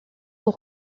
aux